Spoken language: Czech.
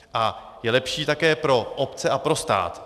A je lepší také pro obce a pro stát.